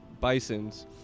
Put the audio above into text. bisons